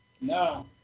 No